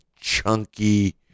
chunky